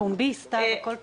הכול פומבי.